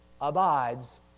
abides